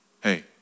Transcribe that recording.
Hey